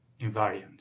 invariant